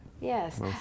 Yes